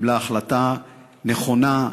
קיבלה החלטה נכונה.